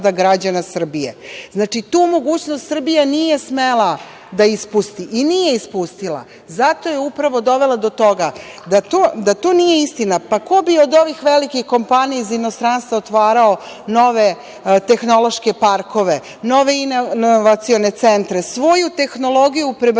tu mogućnost Srbija nije smela da ispusti i nije ispustila. Zato je upravo dovela do toga. Da to nije istina, pa ko bi od ovih velikih kompanija iz inostranstva otvarao nove tehnološke parkove, nove inovacione centre, svoju tehnologiju praktično